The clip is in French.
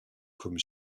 comme